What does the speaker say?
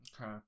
okay